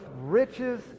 riches